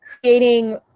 creating